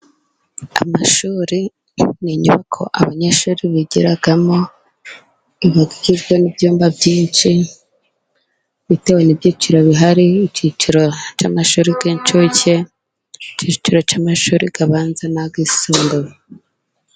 Amashuri ni inyubako abanyeshuri bigiramo, aba agizwe n'ibyumba byinshi, bitewe n'ibyiciro bihari, icyiciro cy'amashuri y'inshuke, icyiciro cy'amashuri abanza, n'ayisumbuye.